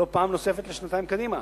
לא פעם נוספת לשנתיים קדימה.